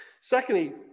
Secondly